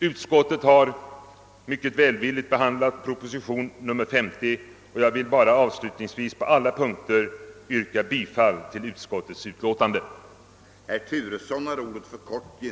Herr talman! Utskottet har behandlat proposition nr 50 mycket välvilligt, och jag vill nu avslutningsvis på alla punkter yrka bifall till utskottets hemställan.